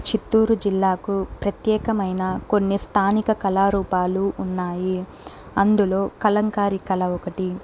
చిత్తూరు జిల్లాకు ప్రత్యేకమైన కొన్ని స్థానిక కళారూపాలు ఉన్నాయి అందులో కలంకారీ కళ ఒకటి